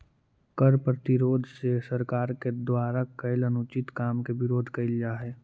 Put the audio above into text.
कर प्रतिरोध से सरकार के द्वारा कैल अनुचित काम के विरोध कैल जा हई